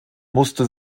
musste